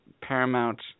paramount